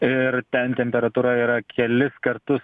ir ten temperatūra yra kelis kartus